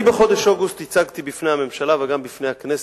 אני הצגתי בחודש אוגוסט בפני הממשלה וגם בפני הכנסת,